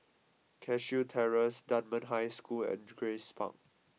Cashew Terrace Dunman High School and Grace Park